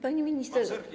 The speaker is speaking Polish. Pani Minister!